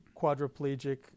quadriplegic